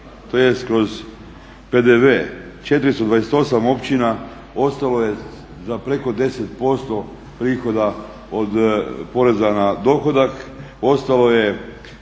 tj. kroz PDV. 428 općina ostalo je za preko 10% prihoda od poreza na dohodak, ostalo je